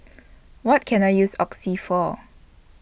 What Can I use Oxy For